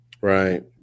Right